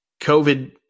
COVID –